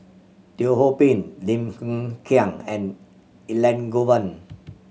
Teo Ho Pin Lim Hng Kiang and Elangovan